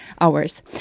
hours